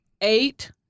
eight